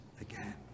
again